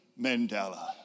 Mandela